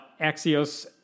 Axios